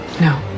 No